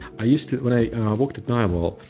i used to, when i worked at nivall,